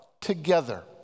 together